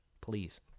please